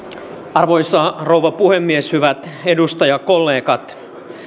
arvoisa rouva puhemies hyvät edustajakollegat kun